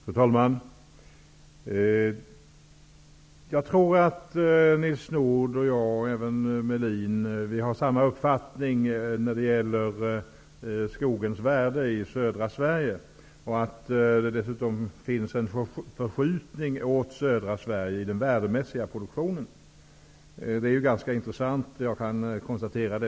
Fru talman! Jag tror att Nils Nordh och jag, och även Ulf Melin, har samma uppfattning när det gäller skogens värde i södra Sverige. Det har dessutom skett en förskjutning mot södra Sverige i den värdemässiga produktionen, vilket är ganska intressant.